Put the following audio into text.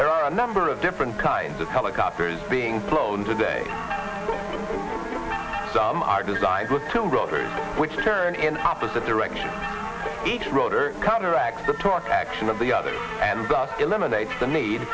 there are a number of different kinds of helicopters being flown today some are designed to run which turn in opposite direction each rotor counteract the protection of the other and thus eliminates the need